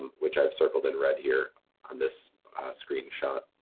which i've circled in red here on this screenshot.